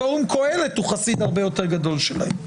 פורום קהלת הוא חסיד הרבה יותר גדול שלהם.